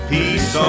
Peace